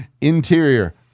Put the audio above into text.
Interior